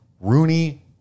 Rooney